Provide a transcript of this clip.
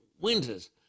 winters